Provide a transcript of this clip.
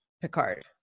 Picard